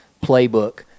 playbook